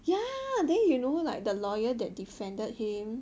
ya they you know like the lawyer that defended him